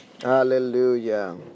hallelujah